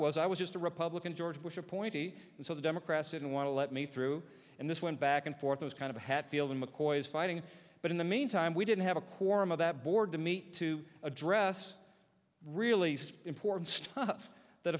was i was just a republican george bush appointee and so the democrats didn't want to let me through and this went back and forth those kind of hatfield and mccoy fighting but in the meantime we didn't have a quorum of that board to meet to address released important stuff that